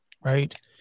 right